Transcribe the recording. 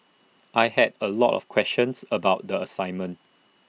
I had A lot of questions about the assignment